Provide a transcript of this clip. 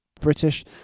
British